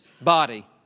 body